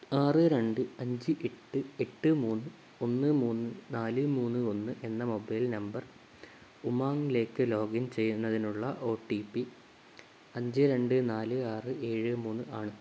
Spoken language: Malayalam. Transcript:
ആറ് രണ്ട് അഞ്ച് എട്ട് എട്ട് മൂന്ന് ഒന്ന് മൂന്ന് നാല് മൂന്ന് ഒന്ന് എന്ന മൊബൈൽ നമ്പർ ഉമാങ്ങിലേക്ക് ലോഗിൻ ചെയ്യുന്നതിനുള്ള ഒ ടി പി അഞ്ച് രണ്ട് നാല് ആറ് ഏഴ് മൂന്ന് ആണ്